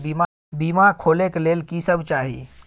बीमा खोले के लेल की सब चाही?